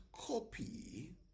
copy